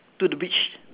to the beach